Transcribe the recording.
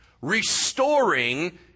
restoring